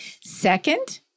Second